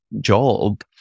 job